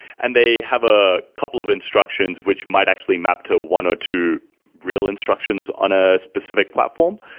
and they have a couple of instructions, which might actually map to one or two real instructions on a specific platform.